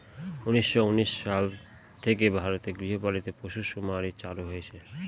উনিশশো উনিশ সাল থেকে ভারতে গৃহপালিত পশুসুমারী চালু হয়েছে